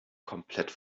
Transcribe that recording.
komplett